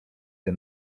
się